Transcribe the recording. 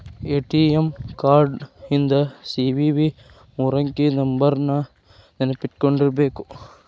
ATM card ಹಿಂದ್ CVV ಮೂರಂಕಿ ನಂಬರ್ನ ನೆನ್ಪಿಟ್ಕೊಂಡಿರ್ಬೇಕು